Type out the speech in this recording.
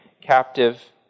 captive